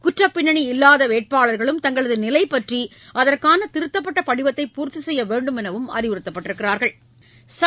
குற்றப்பின்னனி இல்லாதவேட்பாளர்களும் தங்களதநிலைபற்றிஅதற்கானதிருத்தப்பட்டபடிவத்தை பூர்த்திசெய்யவேண்டுமெனவும் அறிவுறுத்தப்பட்டுள்ளது